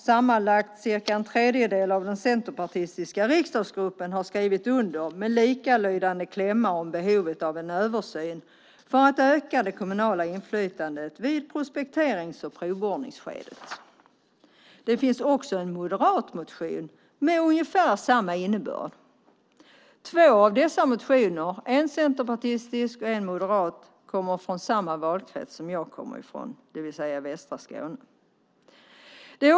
Sammanlagt cirka en tredjedel av den centerpartistiska riksdagsgruppen har skrivit under likalydande klämmar om behovet av en översyn för att öka det kommunala inflytandet i prospekterings och provborrningsskedet. Det finns en moderatmotion med ungefär samma innebörd. Två av dessa motioner, en centerpartistisk och en moderat, är från ledamöter från samma valkrets som jag kommer från, det vill säga västra Skåne.